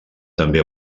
també